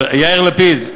יאיר לפיד,